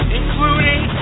including